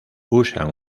usan